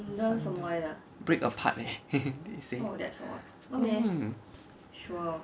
sunder break apart leh they say mm